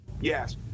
Yes